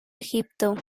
egipto